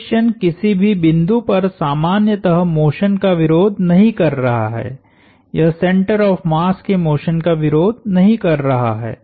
friction किसी भी बिंदु पर सामान्यतः मोशन का विरोध नहीं कर रहा है यह सेंटर ऑफ़ मास के मोशन का विरोध नहीं कर रहा है